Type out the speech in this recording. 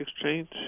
exchange